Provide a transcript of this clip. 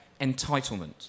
entitlement